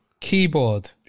keyboard